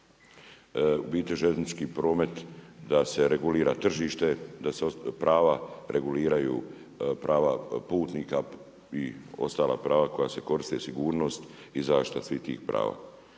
u biti željeznički promet da se regulira tržište, da se prava reguliraju prava putnika i ostala prava koje se koriste, sigurnost i zaštita svih tih prava.